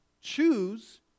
choose